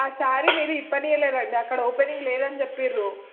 ఆ శారీ మీరు విప్పనీయలేదండి అక్కడ ఓపెనింగ్ లేదని చెప్పిర్రు